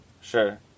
Sure